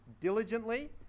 diligently